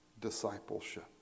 discipleship